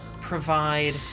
provide